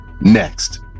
Next